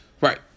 Right